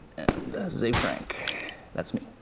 and ze frank that's me.